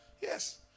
Yes